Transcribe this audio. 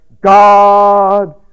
God